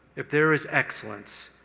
if there is excellence,